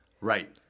Right